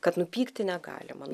kad nu pykti negalima